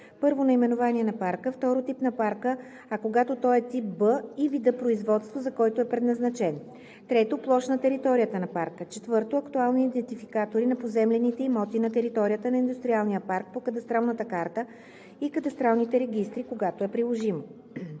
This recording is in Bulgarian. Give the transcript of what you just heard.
1. наименование на парка; 2. тип на парка, а когато той е тип Б – и вида производство, за който е предназначен; 3. площ на територията на парка; 4. актуални идентификатори на поземлените имоти на територията на индустриалния парк по кадастралната карта и кадастралните регистри, когато е приложимо;